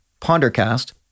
PonderCast